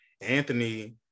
Anthony